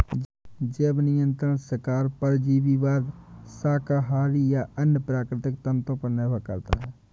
जैव नियंत्रण शिकार परजीवीवाद शाकाहारी या अन्य प्राकृतिक तंत्रों पर निर्भर करता है